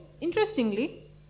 Interestingly